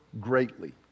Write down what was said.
greatly